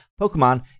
Pokemon